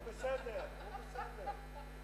הוא בסדר, הוא בסדר.